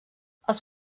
els